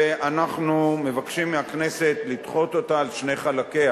ואנחנו מבקשים מהכנסת לדחות אותה על שני חלקיה,